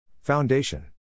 Foundation